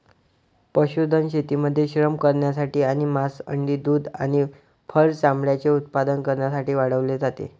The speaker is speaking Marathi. पशुधन शेतीमध्ये श्रम करण्यासाठी आणि मांस, अंडी, दूध आणि फर चामड्याचे उत्पादन करण्यासाठी वाढवले जाते